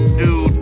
dude